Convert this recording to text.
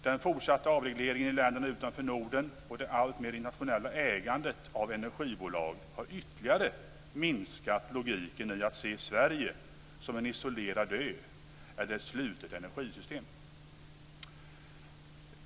Den fortsatta avregleringen i länderna utanför Norden och det alltmer internationella ägandet av energibolag har ytterligare minskat logiken i att se Sverige som en isolerad ö eller ett slutet energisystem.